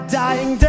dying